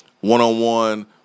one-on-one